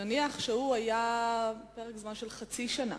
נניח שהוא היה חצי שנה,